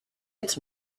its